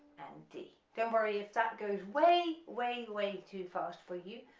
d. don't worry if that goes way way way too fast for you,